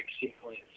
sequence